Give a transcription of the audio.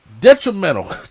detrimental